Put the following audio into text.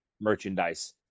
merchandise